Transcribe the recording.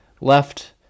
left